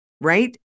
Right